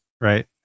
right